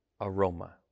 aroma